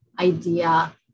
idea